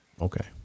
Okay